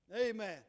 Amen